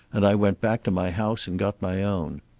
and i went back to my house and got my own.